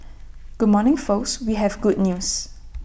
good morning folks we have good news